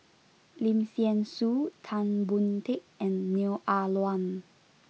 Lim Thean Soo Tan Boon Teik and Neo Ah Luan